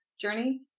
journey